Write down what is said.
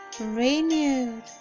renewed